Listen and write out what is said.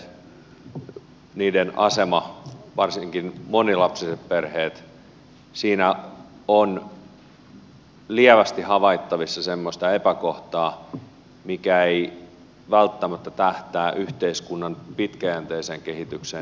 lapsiperheiden niiden aseman varsinkin monilapsisten perheiden osalta siinä on lievästi havaittavissa semmoista epäkohtaa mikä ei välttämättä tähtää yhteiskunnan pitkäjänteiseen kehitykseen